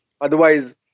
Otherwise